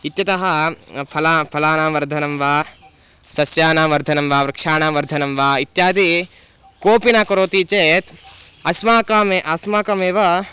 इत्यतः फला फलानां वर्धनं वा सस्यानां वर्धनं वा वृक्षाणां वर्धनं वा इत्यादि कोपि न करोति चेत् अस्माकम् अस्माकमेव